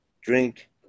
Drink